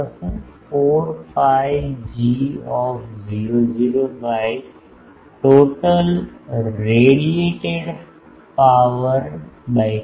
4 pi g00 by total radiated power by feed